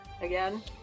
Again